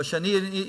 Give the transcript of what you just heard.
ואני,